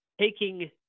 taking